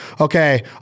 okay